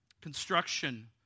Construction